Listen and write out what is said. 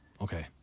Okay